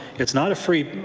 it's not a free